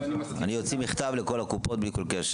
אני אוציא מכתב לכל הקופות בלי כל קשר,